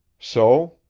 so?